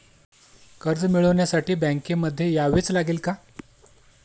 कर्ज मिळवण्यासाठी बँकेमध्ये यावेच लागेल का?